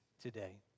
today